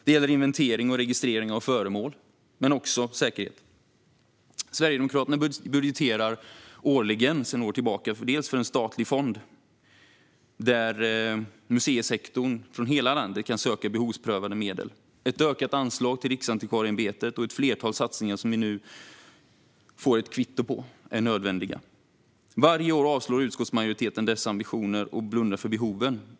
Det gäller inventering och registrering av föremål, men det gäller också säkerhet. Sverigedemokraterna budgeterar årligen - sedan år tillbaka - för en statlig fond som museisektorn i hela landet kan söka behovsprövade medel ur. Sverigedemokraterna budgeterar också för ett ökat anslag till Riksantikvarieämbetet samt för ett flertal satsningar som vi nu får ett kvitto på är nödvändiga. Varje år avslår utskottsmajoriteten dessa ambitioner och blundar för behoven.